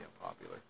unpopular